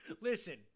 Listen